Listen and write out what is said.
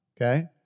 okay